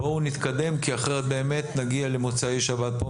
בואו נתקדם כי אחרת באמת נגיע למוצאי שבת פה.